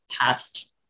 past